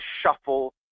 shuffle